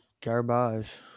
garbage